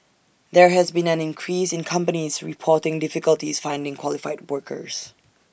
there has been an increase in companies reporting difficulties finding qualified workers